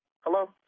Hello